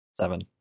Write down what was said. seven